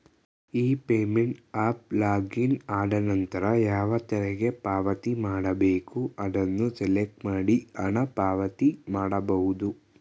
E payment ಅಫ್ login ಆದನಂತರ ಯಾವ ತೆರಿಗೆ ಪಾವತಿ ಮಾಡಬೇಕು ಅದನ್ನು ಸೆಲೆಕ್ಟ್ ಮಾಡಿ ಹಣ ಪಾವತಿ ಮಾಡಬಹುದು